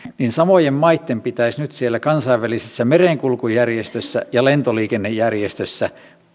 niin samojen maitten pitäisi nyt siellä kansainvälisissä merenkulkujärjestöissä ja lentoliikennejärjestöissä